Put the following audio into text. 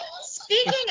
Speaking